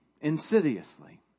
insidiously